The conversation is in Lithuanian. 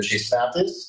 šiais metais